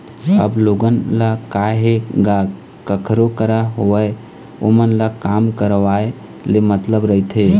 अब लोगन ल काय हे गा कखरो करा होवय ओमन ल काम करवाय ले मतलब रहिथे